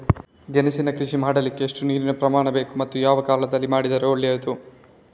ಗೆಣಸಿನ ಕೃಷಿ ಮಾಡಲಿಕ್ಕೆ ಎಷ್ಟು ನೀರಿನ ಪ್ರಮಾಣ ಬೇಕು ಮತ್ತು ಯಾವ ಕಾಲದಲ್ಲಿ ಮಾಡಿದರೆ ಒಳ್ಳೆಯದು?